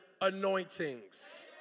anointings